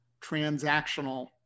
transactional